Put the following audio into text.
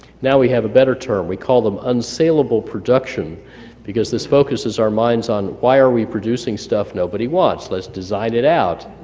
now we have a better term we call them unsalable production because this focuses our minds on why are we producing stuff nobody wants let's design it out,